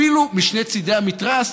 אפילו משני צידי המתרס,